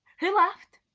who laughed?